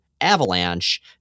avalanche